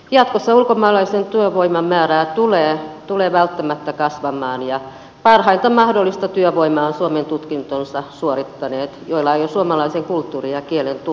jatkossa ulkomaalaisen työvoiman määrä tulee välttämättä kasvamaan ja parhainta mahdollista työvoimaa on suomessa tutkintonsa suorittaneet joilla on jo suomalaisen kulttuurin ja kielen tuntemus